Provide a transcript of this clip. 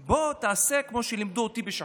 תעשה כמו שלימדו אותי בשחמט.